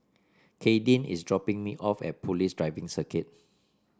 Kadyn is dropping me off at Police Driving Circuit